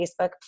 Facebook